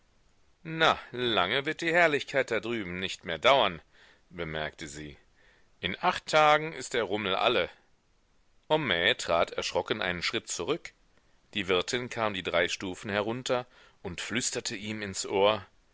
na lange wird die herrlichkeit da drüben nicht mehr dauern bemerkte sie in acht tagen ist der rummel alle homais trat erschrocken einen schritt zurück die wirtin kam die drei stufen herunter und flüsterte ihm ins ohr